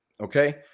Okay